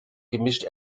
gemisch